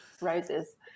roses